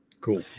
Cool